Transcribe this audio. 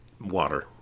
water